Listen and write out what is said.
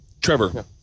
Trevor